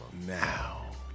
Now